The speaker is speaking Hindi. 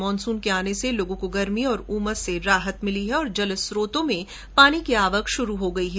मानसून के आने से लोगों को गर्मी और उमस से राहत मिली है और जल स्रोतों में पानी की आवक शुरू हो गई है